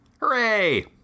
Hooray